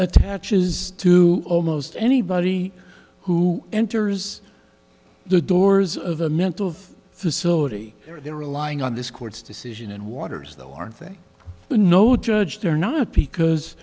attaches to almost anybody who enters the doors of a mental of facility they're relying on this court's decision and waters though aren't they the no judge they're not because